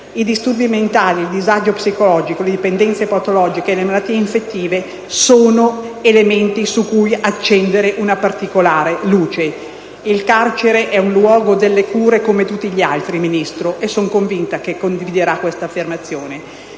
I disturbi mentali, il disagio psicologico, le dipendenze patologiche e le malattie infettive sono elementi su cui accendere una particolare luce. Il carcere è un luogo delle cure come tutti gli altri, Ministro, e sono convinta che condividerà questa affermazione,